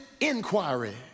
inquiry